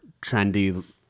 trendy